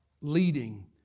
leading